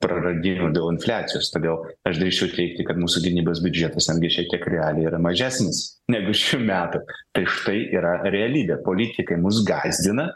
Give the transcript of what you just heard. praradimų dėl infliacijos todėl aš drįsčiau teigti kad mūsų gynybos biudžetas netgi šiek tiek realiai yra mažesnis negu šių metų tai štai yra realybė politikai mus gąsdina